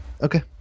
okay